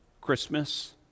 Christmas